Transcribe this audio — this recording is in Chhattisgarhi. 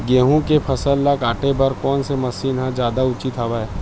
गेहूं के फसल ल काटे बर कोन से मशीन ह जादा उचित हवय?